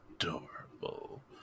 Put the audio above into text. adorable